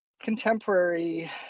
contemporary